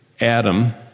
Adam